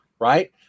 Right